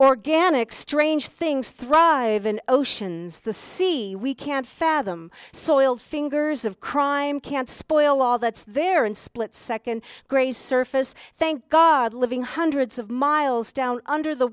strange things thrive in oceans the sea we can't fathom soil fingers of crime can spoil all that's there and split second gray surface thank god living hundreds of miles down under the